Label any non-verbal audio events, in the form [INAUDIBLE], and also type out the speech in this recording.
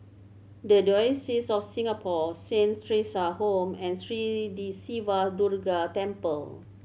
The Diocese of Singapore Saint Theresa Home and Sri [UNINTELLIGIBLE] Siva Durga Temple